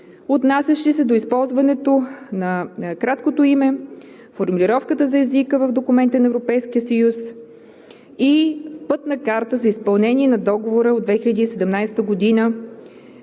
отнасящи се до използването на краткото име, формулировката за езика в документа на Европейския съюз и Пътна карта за изпълнение на Договора от 2017 г.